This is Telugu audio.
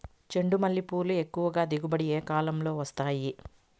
చెండుమల్లి పూలు ఎక్కువగా దిగుబడి ఏ కాలంలో వస్తాయి